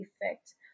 effect